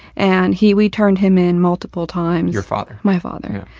and he, we turned him in multiple times. your father? my father.